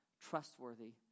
trustworthy